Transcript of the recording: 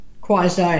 quasi